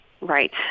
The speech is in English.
right